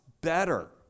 better